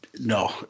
no